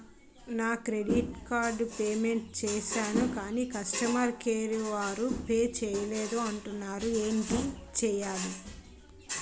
నా credit card payment చేసాను కాని కస్టమర్ కేర్ వారు పే చేయలేదు అంటున్నారు ఏంటి చేయాలి?